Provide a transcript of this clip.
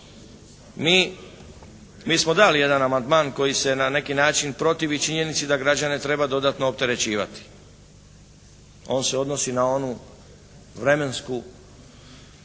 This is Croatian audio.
mi smo dali jedan amandman koji se na neki način protivi činjenici da građane treba dodatno opterećivati. On se odnosi na onu vremensku,